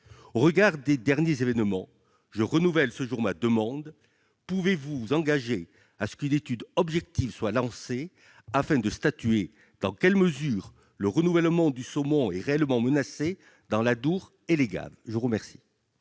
Au regard des derniers événements, je renouvelle ma demande. Pouvez-vous vous engager à ce qu'une étude objective soit lancée afin de déterminer dans quelle mesure le renouvellement du saumon est réellement menacé dans l'Adour et dans les gaves ? La parole